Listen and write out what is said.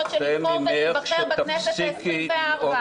של לבחור ולהיבחר בכנסת העשרים-וארבע,